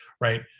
right